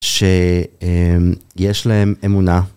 שיש להם אמונה.